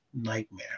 nightmare